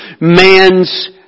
man's